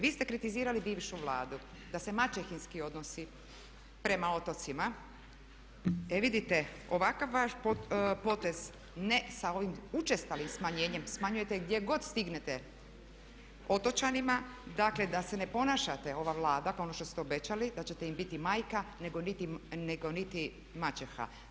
Vi ste kritizirali bivšu Vladu da se maćehinski odnosi prema otocima, e vidite ovakav vaš potez ne sa ovim učestalim smanjenjem smanjujete gdje god stignete otočanima dakle da se ne ponašate, ova Vlada, ono što ste obećali da ćete im biti majka nego niti maćeha.